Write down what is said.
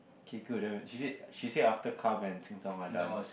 okay good she said she said after Kam and Qing-qong are done